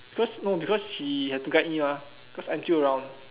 cause no because she had to guide me mah because I'm still around